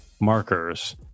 markers